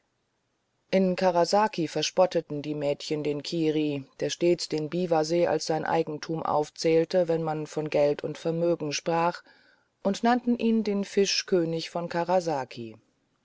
in karasaki verspotteten die mädchen den kiri der stets den biwasee als sein eigentum aufzählte wenn man von geld und vermögen sprach und sie nannten ihn den fischkönig von karasaki